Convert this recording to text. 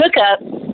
hookup